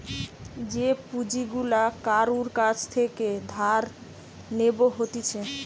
যে পুঁজি গুলা কারুর কাছ থেকে ধার নেব হতিছে